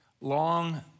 long